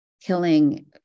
killing